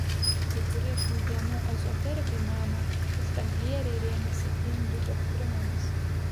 kai kurie šių dienų ezoterikai mano kad tamplieriai rėmėsi indų doktrinomis